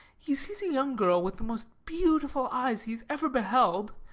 he sees a young girl with the most beautiful eyes he has ever beheld,